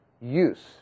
use